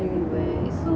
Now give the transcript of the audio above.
mmhmm